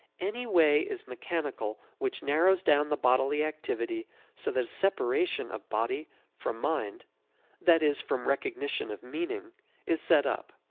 any way is mechanical which narrows down the bodily activity so that a separation of body from mind that is, from recognition of meaning is set up.